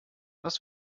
was